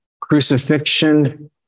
crucifixion